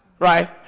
right